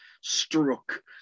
struck